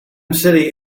city